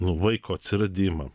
nu vaiko atsiradimą